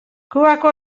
kubako